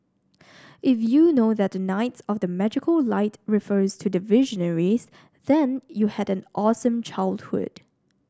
if you know that the knights of the magical light refers to the Visionaries then you had an awesome childhood